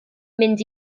mynd